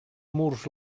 murs